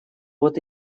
вот